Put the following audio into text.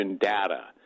data